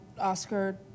Oscar